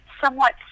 somewhat